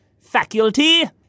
faculty